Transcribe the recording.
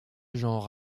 genre